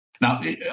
Now